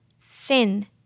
Thin